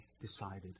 decided